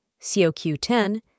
COQ10